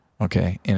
okay